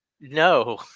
no